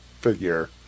figure